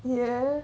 ya